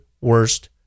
worst